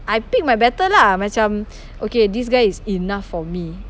I pick my battle lah macam okay this guy is enough for me